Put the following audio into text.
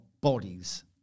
bodies